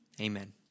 Amen